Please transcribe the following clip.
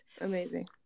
Amazing